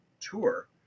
tour